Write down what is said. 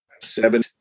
seven